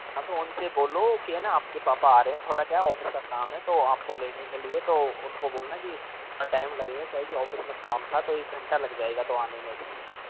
हाँ तो उनसे बोलो की है ना आपके पापा आ रहा है थोड़ा क्या है ऑफिस का काम है तो आपको लेने के लिए तो उनको बोलना की इतना टाइम लगेगा क्या है कि ऑफिस में काम था तो एक घंटा लग जाएगा तो आने में इसलिए